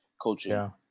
coaching